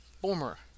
former